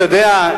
אתה יודע,